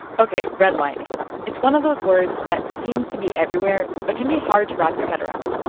ok. redlining it's one of those words that seems to be everywhere but can be hard to wrap your head around.